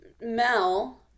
mel